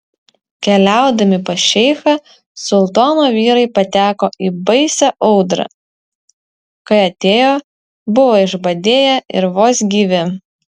keliaudami pas šeichą sultono vyrai pateko į baisią audrą kai atėjo buvo išbadėję ir vos gyvi